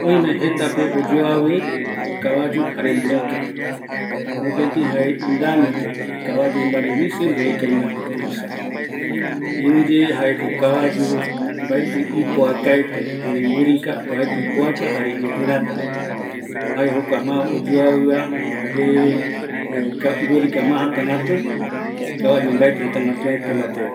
Oimeko jetape oyoavi kavayu jare mburika ndive, mopeti jae kavayu inambi misi, mburika inambi tuisa, iruye jaeko kavayu mbaeti ipoaka, mburika oajaete ye ipoako, jare ipirata, jae jokua mas oyoavi va, jare burika jatagatu, kavayu mbaeti mbate